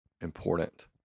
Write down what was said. important